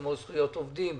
כמו זכויות עובדים,